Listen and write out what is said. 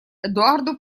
эдуарду